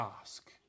ask